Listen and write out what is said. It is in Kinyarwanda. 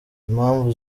impamvu